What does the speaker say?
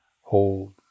Hold